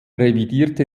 revidierte